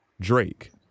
Drake